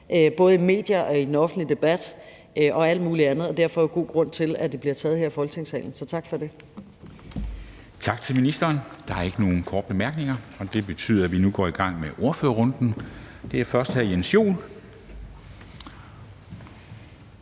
både i medierne og i den offentlige debat og alt muligt andet. Derfor er der god grund til, at den bliver taget her i Folketingssalen, så tak for det. Kl. 13:19 Formanden (Henrik Dam Kristensen): Tak til ministeren. Der er ikke nogen korte bemærkninger, og det betyder, at vi nu går i gang med ordførerrunden. Det er først hr. Jens Joel,